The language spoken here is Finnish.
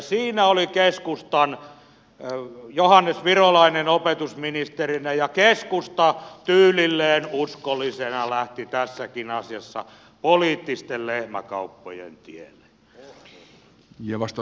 siinä oli keskustan johannes virolainen opetusministerinä ja keskusta tyylilleen uskollisena lähti tässäkin asiassa poliittisten lehmänkauppojen tielle